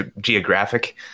geographic